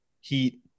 Heat